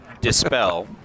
dispel